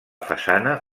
façana